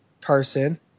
Carson